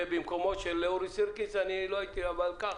במקומו של אורי סירקיס אני לא הייתי --- בוא